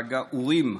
חג האורים,